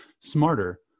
smarter